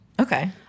Okay